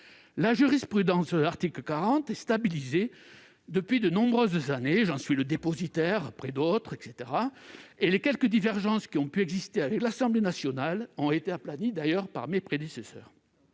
La jurisprudence sur l'article 40 est stabilisée depuis de nombreuses années- j'en suis le dépositaire après d'autres -et les quelques divergences qui ont pu exister avec l'Assemblée nationale ont été aplanies par mes prédécesseurs